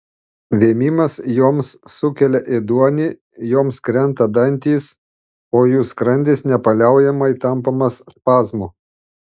vėmimas joms sukelia ėduonį joms krenta dantys o jų skrandis nepaliaujamai tampomas spazmų